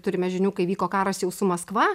turime žinių kai vyko karas jau su maskva